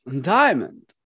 Diamond